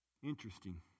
Interesting